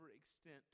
extent